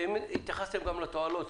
התייחסתם גם לתועלות?